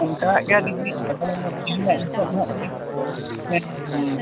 ᱚᱱᱠᱟᱜ ᱜᱮᱭᱟ ᱫᱤᱫᱤ ᱟᱫᱚ ᱦᱮᱸ ᱦᱮᱸ